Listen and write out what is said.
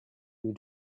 you